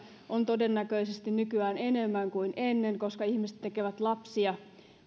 on todennäköisesti nykyään enemmän kuin ennen koska ihmiset tekevät lapsia